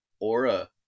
aura